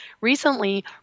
Recently